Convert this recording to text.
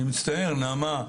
אני מצטער, נעמה.